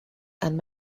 and